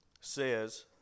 says